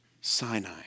Sinai